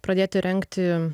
pradėti rengti